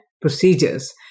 procedures